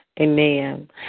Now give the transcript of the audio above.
amen